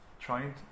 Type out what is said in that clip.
trying